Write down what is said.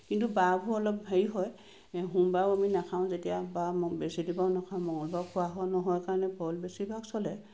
কিন্তু বাৰবোৰ অলপ হেৰি হয় সোমবাৰেও আমি নেখাওঁ যেতিয়া বা বৃহস্পতিবাৰেও নেখাওঁ মঙ্গলবাৰেও খোৱা হয় নহয় কাৰণে বইল বেছিভাগ চলে